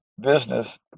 business